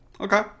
Okay